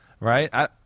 Right